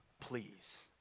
please